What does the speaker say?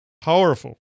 Powerful